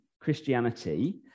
Christianity